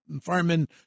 firemen